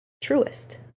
truest